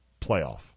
playoff